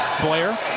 Blair